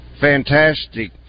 fantastic